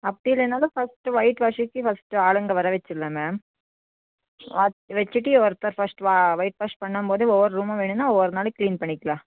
அப்படி இல்லைன்னாலும் first white வாஷ்க்கு ஃபர்ஸ்ட்டு ஆளுங்க வரவச்சிடலாம் மேம் வ வச்சிவிட்டு ஒருத்தர் ஃபர்ஸ்ட்டு வா ஒயிட் வாஷ் பண்ணம்போது ஒவ்வொரு ரூம்மாக வேணுன்னா ஒவ்வொரு நாள் க்ளீன் பண்ணிக்கலாம்